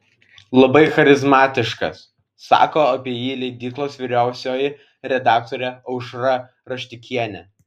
labai charizmatiškas sako apie jį leidyklos vyriausioji redaktorė aušra raštikienė